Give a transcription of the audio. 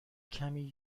کمی